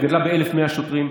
היא גדלה ב-1,100 שוטרים,